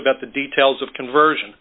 about the details of conversion